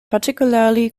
particularly